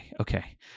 okay